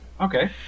Okay